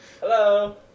Hello